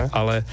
ale